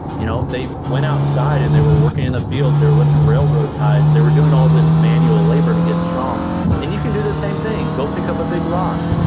you know they went outside and they were working in the fields, they were lifting railroad ties, they were doing all of this manual labor to get strong and you can do the same thing. go pick up a big rock,